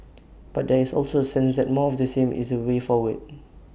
but there is also A sense that more of the same is the way forward